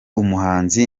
umuhanzi